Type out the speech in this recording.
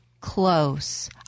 close